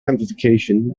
amplification